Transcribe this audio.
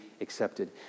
accepted